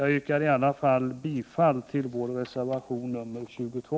Jag yrkar i varje fall bifall till vår reservation 22.